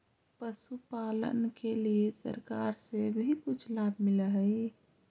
पशुपालन के लिए सरकार से भी कुछ लाभ मिलै हई?